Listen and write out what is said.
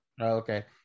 Okay